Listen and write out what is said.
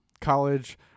college